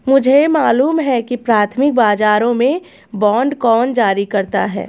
मुझे मालूम है कि प्राथमिक बाजारों में बांड कौन जारी करता है